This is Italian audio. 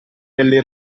delle